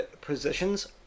positions